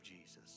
Jesus